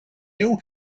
you